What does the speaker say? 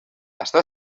està